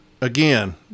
again